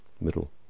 middle